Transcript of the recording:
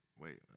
wait